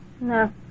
No